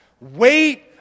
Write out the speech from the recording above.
Wait